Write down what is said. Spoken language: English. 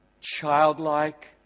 childlike